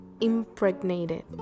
impregnated